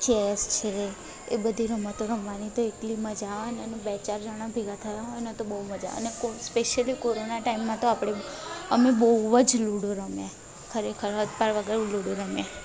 chess છે એ બધી રમતો રમવાની તો એટલી મજા આવે ને અને બે ચાર જાણા ભેગા થયાં હોય ને તો બહુ મજા અને સ્પેસલી કોરોના ટાઈમમાં તો આપણે અમે બહુ લૂડો રમ્યાં ખરેખર હદ પાર વગર લૂડો રમ્યાં